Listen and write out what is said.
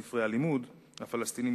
למשל בספרי הלימוד הפלסטיניים,